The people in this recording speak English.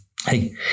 Hey